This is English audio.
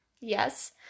Yes